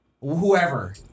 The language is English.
whoever